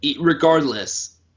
Regardless